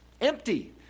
empty